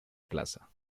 plaza